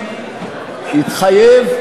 התחייב,